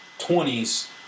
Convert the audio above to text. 20s